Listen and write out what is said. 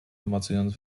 obmacując